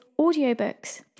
audiobooks